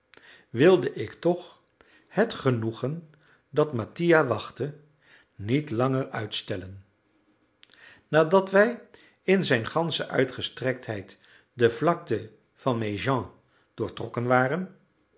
wilde ik toch het genoegen dat mattia wachtte niet langer uitstellen nadat wij in zijn gansche uitgestrektheid de vlakte van méjean doorgetrokken waren